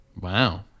Wow